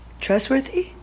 Trustworthy